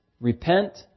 repent